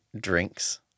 drinks